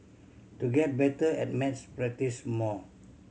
to get better at maths practise more